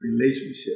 relationship